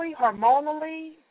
hormonally